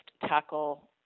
tackle